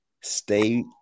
stay